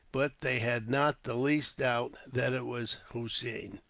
but they had not the least doubt that it was hossein.